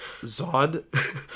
Zod